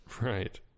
Right